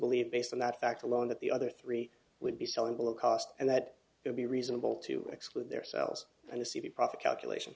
believe based on that fact alone that the other three would be selling below cost and that would be reasonable to exclude theirselves and see the profit calculation